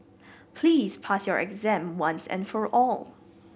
please pass your exam once and for all